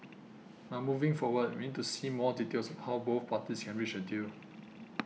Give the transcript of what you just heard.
but moving forward we need to see more details how both parties can reach a deal